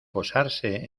posarse